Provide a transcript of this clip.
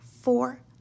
four